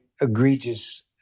egregious